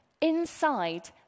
inside